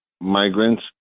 migrants